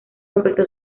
completó